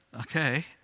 Okay